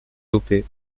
dopé